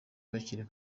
bakiri